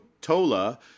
Tola